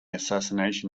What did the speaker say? assassination